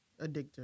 addictive